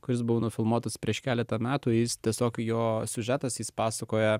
kuris buvo nufilmuotas prieš keletą metų jis tiesiog jo siužetas jis pasakoja